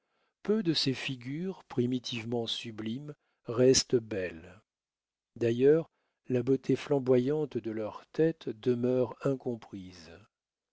peu de ces figures primitivement sublimes restent belles d'ailleurs la beauté flamboyante de leurs têtes demeure incomprise